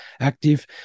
active